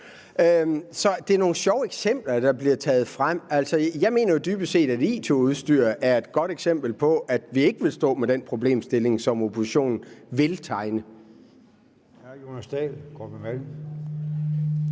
Så det er nogle sjove eksempler, der bliver taget frem. Jeg mener dybest set, at it-udstyr er et godt eksempel på, at vi ikke vil stå med den problemstilling, som oppositionen tegner. Kl.